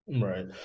Right